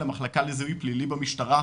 למח' לזיהוי פלילי במשטרה?